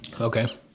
Okay